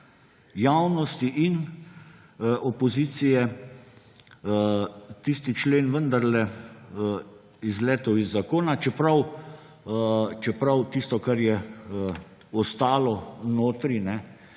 javnosti in opozicije tisti člen vendarle letel iz zakona. Čeprav je tisto, kar je ostalo notri,